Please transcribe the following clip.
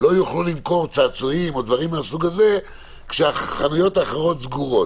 לא יוכלו למכור צעצועים או דברים מסוג זה כשהחנויות האחרות סגורות,